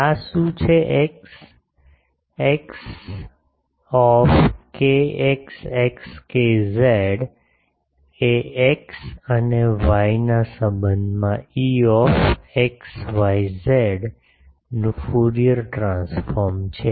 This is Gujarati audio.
આ શું છે એક્સ એક્સ કેએક્સએક્સ કે ઝેડ એ એક્સ અને વાયના સંબંધમાં ઇ એક્સ વાય ઝેડ નું ફ્યુરિયર ટ્રાન્સફોર્મ છે